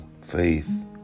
faith